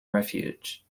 refuge